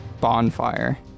bonfire